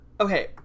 Okay